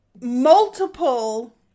Multiple